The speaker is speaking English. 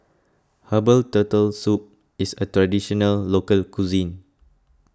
Herbal Turtle Soup is a Traditional Local Cuisine